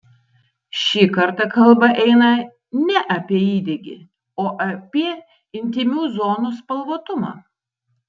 šį kartą kalba eina ne apie įdegį o apie intymių zonų spalvotumą